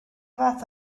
fath